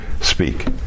speak